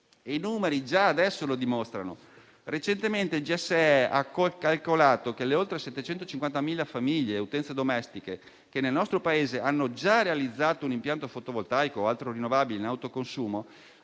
I numeri già adesso lo dimostrano. Recentemente il Gestore dei servizi energetici (GSE) ha calcolato che le oltre 750.000 famiglie e utenze domestiche, che nel nostro Paese hanno già realizzato un impianto fotovoltaico o altro a fonte rinnovabile in autoconsumo,